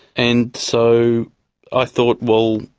and so i thought, well,